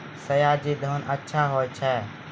सयाजी धान अच्छा होय छै?